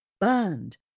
burned